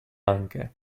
anche